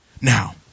Now